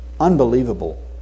Unbelievable